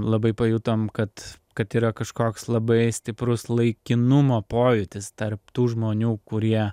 labai pajutom kad kad yra kažkoks labai stiprus laikinumo pojūtis tarp tų žmonių kurie